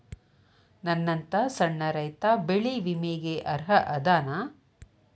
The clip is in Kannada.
ನನ್ನಂತ ಸಣ್ಣ ರೈತಾ ಬೆಳಿ ವಿಮೆಗೆ ಅರ್ಹ ಅದನಾ?